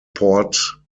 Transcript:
port